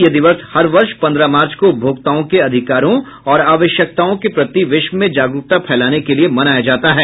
यह दिवस हर वर्ष पंद्रह मार्च को उपभोक्ताओं के अधिकारों और आवश्यकताओं के प्रति विश्व में जागरूकता फैलाने के लिए मनाया जाता है